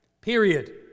Period